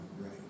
right